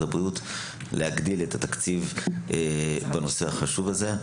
הבריאות להגדיל את התקציב בנושא החשוב הזה.